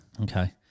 Okay